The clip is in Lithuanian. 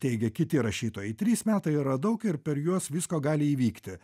teigia kiti rašytojai trys metai yra daug ir per juos visko gali įvykti